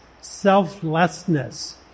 selflessness